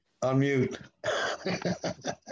Unmute